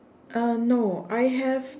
uh no I have